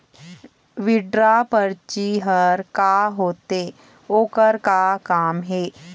Withdraw परची हर का होते, ओकर का काम हे?